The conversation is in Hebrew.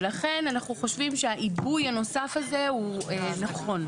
ולכן, אנחנו חושבים שהעיבוי הנוסף הזה הוא נכון.